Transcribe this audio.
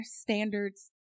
Standards